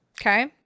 okay